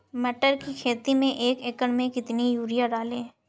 मटर की खेती में एक एकड़ में कितनी यूरिया डालें?